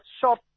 short